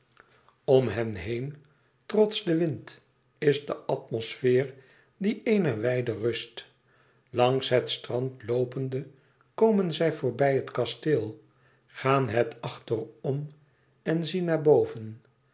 om hen heen trots den wind is de atmosfeer die eener wijde rust langs het strand loopende komen zij voorbij het kasteel gaan het achterom en zien naar boven